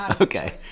Okay